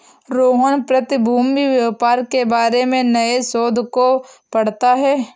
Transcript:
रोहन प्रतिभूति व्यापार के बारे में नए शोध को पढ़ता है